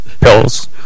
pills